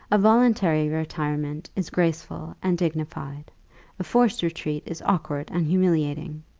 a voluntary retirement is graceful and dignified a forced retreat is awkward and humiliating.